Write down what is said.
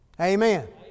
Amen